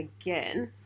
again